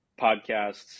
podcasts